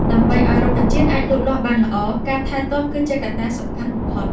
ដើម្បីឲ្យរុក្ខជាតិអាចលូតលាស់បានល្អ ការថែទាំគឺជាកត្តាសំខាន់បំផុត។